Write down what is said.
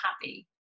happy